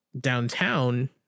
downtown